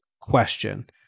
question